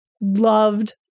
Loved